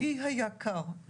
עלי היקר,